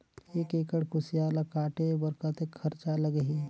एक एकड़ कुसियार ल काटे बर कतेक खरचा लगही?